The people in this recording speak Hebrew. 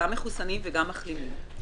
גם מחוסנים וגם מחלימים.